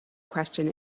question